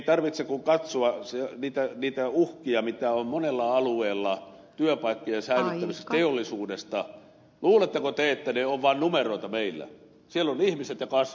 ei tarvitse kuin katsoa niitä uhkia mitä on monella alueella työpaikkojen saannissa teollisuudesta munatuotteita juva numeroita meillä sielun säilyttämisestä teollisuudessa